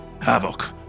havoc